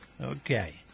Okay